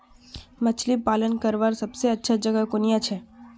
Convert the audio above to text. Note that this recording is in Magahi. मछली पालन करवार सबसे अच्छा जगह कुनियाँ छे?